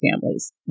families